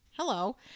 hello